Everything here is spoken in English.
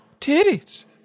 titties